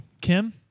Kim